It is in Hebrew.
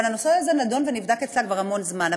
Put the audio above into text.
אבל הנושא הזה נדון ונבדק אצלה כבר המון זמן.